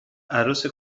عروس